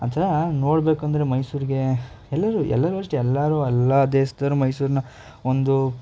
ಅದನ್ನು ನೋಡಬೇಕು ಅಂದರೆ ಮೈಸೂರಿಗೆ ಎಲ್ಲರೂ ಎಲ್ಲರೂ ಅಷ್ಟೇ ಎಲ್ಲರೂ ಎಲ್ಲ ದೇಶದವ್ರು ಮೈಸೂರನ್ನ ಒಂದು